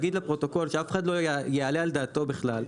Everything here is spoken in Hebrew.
להגיד לפרוטוקול שאף אחד לא יעלה על דעתו בכלל,